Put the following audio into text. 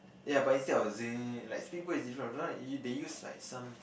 ya but instead of like these people is different sometimes they they use like some